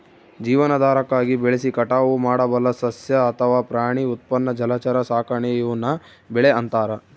ಜೀವನಾಧಾರಕ್ಕಾಗಿ ಬೆಳೆಸಿ ಕಟಾವು ಮಾಡಬಲ್ಲ ಸಸ್ಯ ಅಥವಾ ಪ್ರಾಣಿ ಉತ್ಪನ್ನ ಜಲಚರ ಸಾಕಾಣೆ ಈವ್ನ ಬೆಳೆ ಅಂತಾರ